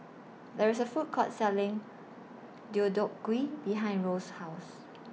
There IS A Food Court Selling Deodeok Gui behind Rose's House